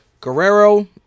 Guerrero